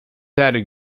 added